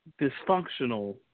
dysfunctional